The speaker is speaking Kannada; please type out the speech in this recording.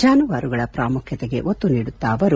ಜಾನುವಾರುಗಳ ಪ್ರಾಮುಖ್ಯತೆಗೆ ಒತ್ತು ನೀಡುತ್ತಾ ಅವರು